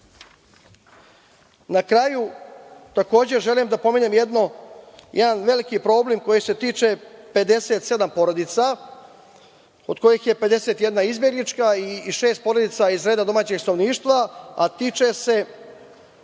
kraju, takođe, želim da pomenem jedan veliki problem koji se tiče 57 porodica od kojih je 51 izbeglička i šest porodica iz reda domaćeg stanovništva, a tiče se